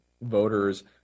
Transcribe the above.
voters